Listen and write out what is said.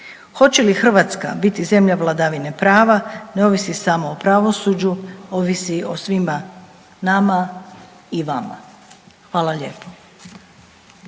Hoće li Hrvatska biti zemlja vladavine prave ne ovisi samo o pravosuđu ovisi i o svima nama i vama. Hvala lijepo.